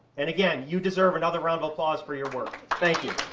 and again, you deserve another round of applause for your work. thank you.